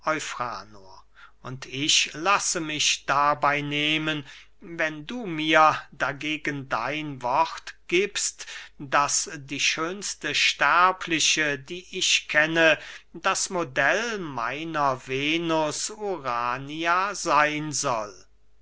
und ich lasse mich dabey nehmen wenn du mir dagegen dein wort giebst daß die schönste sterbliche die ich kenne das modell meiner venus urania seyn soll